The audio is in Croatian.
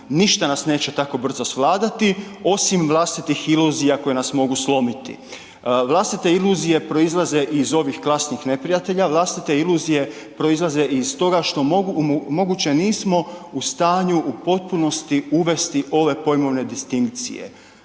Ništa nas neće tako brzo svladati osim vlastitih iluzija koje nas mogu slomiti. Vlastite iluzije proizlaze iz ovih klasnih neprijatelja, vlastite iluzije proizlaze iz toga što moguće nismo u stanju u potpunosti uvesti ove pojmovne distinkcije.